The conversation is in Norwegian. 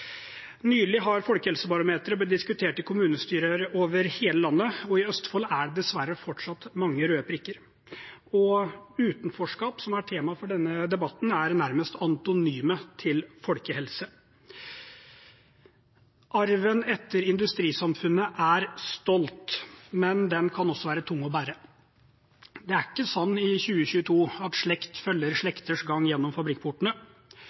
Nylig har folkehelsebarometeret blitt diskutert i kommunestyrer over hele landet, og i Østfold er det dessverre fortsatt mange røde prikker. Utenforskap, som er tema for denne debatten, er nærmest antonymet til folkehelse. Arven etter industrisamfunnet er stolt, men den kan også være tung å bære. Det er ikke sånn i 2022 at slekt følger slekters gang gjennom fabrikkportene.